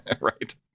Right